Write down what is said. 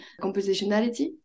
compositionality